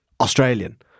Australian